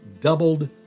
doubled